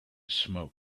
smoke